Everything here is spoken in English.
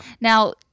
Now